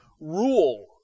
rule